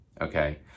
okay